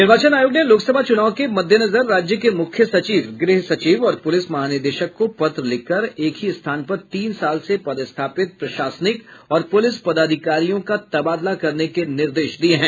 निर्वाचन आयोग ने लोकसभा चूनाव के मद्देनजर राज्य के मुख्य सचिव गृह सचिव और पुलिस महानिदेशक को पत्र लिखकर एक ही स्थान पर तीन साल से पदस्थापित प्रशासनिक और पुलिस पदाधिकारियों का तबादला करने के निर्देश दिये हैं